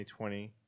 2020